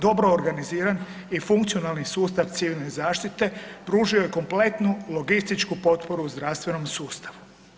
Dobro organiziran i funkcionalan sustav civilne zaštite pružio je kompletnu logističku potporu zdravstvenom sustavu.